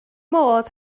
modd